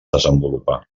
desenvolupar